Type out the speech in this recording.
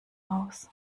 aus